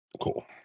cool